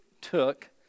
took